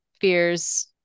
fears